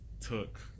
took